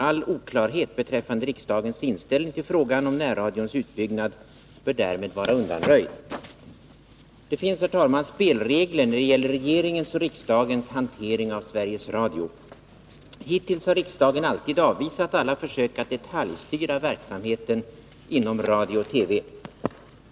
All oklarhet beträffande riksdagens inställning till frågan om närradions utbyggnad bör därmed vara undanröjd. Det finns, herr talman, spelregler när det gäller regeringens och riksdagens hantering av Sveriges Radio. Hittills har riksdagen alltid avvisat alla försök att detaljstyra verksamheten inom radio och TV.